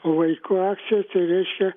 vaikų akcija tai reiškia